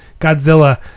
Godzilla